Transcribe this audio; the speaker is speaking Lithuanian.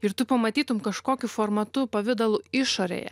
ir tu pamatytum kažkokiu formatu pavidalu išorėje